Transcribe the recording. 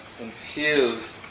infused